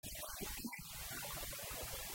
אמת למה דווקא בדרך